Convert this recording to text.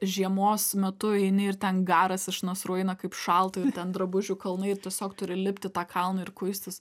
žiemos metu eini ir ten garas iš nasrų eina kaip šalta ir ten drabužių kalnai ir tiesiog turi lipt į tą kalną ir kuistis